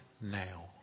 now